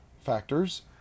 factors